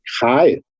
Hi